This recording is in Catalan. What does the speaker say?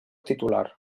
titular